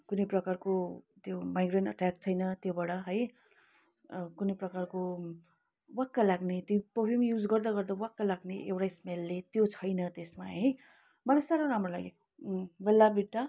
कुनै प्रकारको त्यो माइग्रेन एटेक छैन त्योबाट है कुनै प्रकारको वाक्क लाग्ने त्यो परफ्युम युज गर्दा गर्दा वाक्क लाग्ने एउटै स्मेलले त्यो छैन त्यसमा है मलाई साह्रो राम्रो लाग्यो बेल्लाभिटा